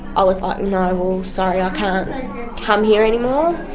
i was like, no sorry, i ah can't come here any more.